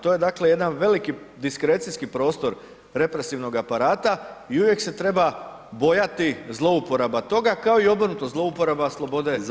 To je dakle, jedan veliki diskrecijski prostor represivnog aparata i uvijek se treba bojati zlouporaba toga, kao i obrnuto, zlouporaba slobode izražavanja.